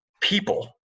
people